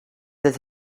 this